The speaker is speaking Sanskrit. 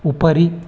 उपरि